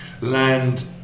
land